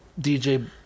DJ